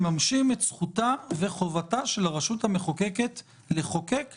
מממשים את זכותה וחובתה של הרשות המחוקקת לחוקק,